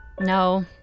No